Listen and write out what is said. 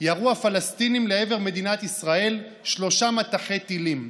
ירו הפלסטינים לעבר מדינת ישראל שלושה מטחי טילים,